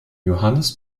johannes